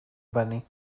bunny